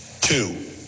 Two